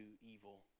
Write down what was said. evil